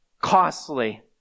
Costly